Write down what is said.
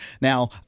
Now